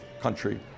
country